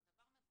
זה דבר מבורך,